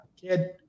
kid